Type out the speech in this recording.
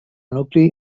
nucli